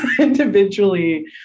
individually